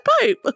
pipe